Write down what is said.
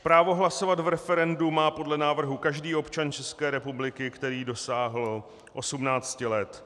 Právo hlasovat v referendu má podle návrhu každý občan České republiky, který dosáhl 18 let.